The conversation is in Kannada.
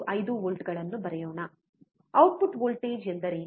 5 ವೋಲ್ಟ್ಗಳನ್ನು ಬರೆಯೋಣ ಔಟ್ಪುಟ್ ವೋಲ್ಟೇಜ್ ಎಂದರೇನು